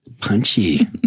Punchy